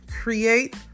Create